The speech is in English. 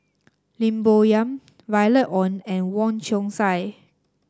Lim Bo Yam Violet Oon and Wong Chong Sai